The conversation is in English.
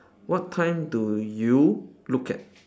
what time do you look at